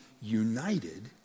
united